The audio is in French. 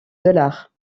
dollars